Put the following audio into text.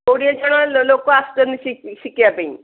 କୋଡ଼ିଏ ଜଣ ଲୋକ ଆସୁଛନ୍ତି ଶିଖିବା ପାଇଁ